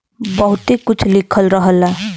बहुते कुछ लिखल रहला